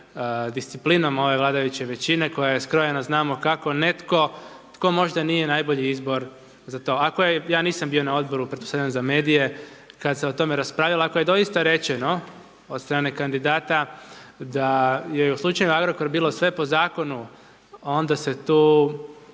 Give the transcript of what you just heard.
disciplinom ove vladajuće većine, koja je skrojena znamo kako, netko tko možda nije najbolji izbor za to. Ako je, ja nisam bio na Odboru, pretpostavljam, za medije, kada se o tome raspravljalo. Ako je doista rečeno od strane kandidata da je u slučaju Agrokor bilo sve po zakonu, onda se tu,